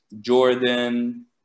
Jordan